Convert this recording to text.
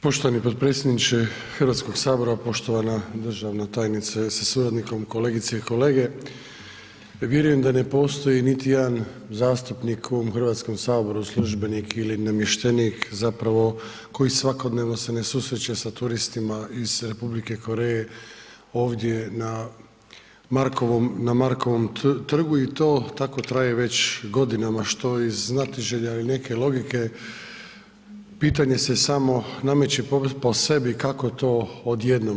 Poštovani potpredsjedniče Hrvatskog sabora, poštovana državna tajnice sa suradnikom, kolegice i kolege, vjerujem da ne postoji niti jedan zastupnik u ovom Hrvatskom saboru, službenik ili namještenik zapravo koji svakodnevno se ne susreće sa turistima iz Republike Koreje ovdje na Markovom trgu i to tako traje već godinama, što iz znatiželje, a i neke logike pitanje se samo nameće po sebi, kako to odjednom.